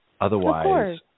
Otherwise